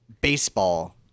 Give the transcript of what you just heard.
baseball